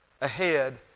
ahead